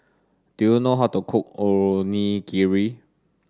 do you know how to cook Onigiri